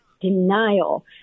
denial